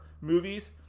movies